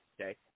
Okay